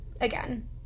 again